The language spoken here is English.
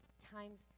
times